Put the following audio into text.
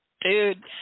dude